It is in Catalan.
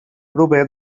prové